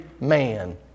man